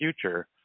future